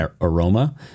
aroma